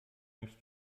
mich